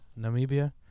namibia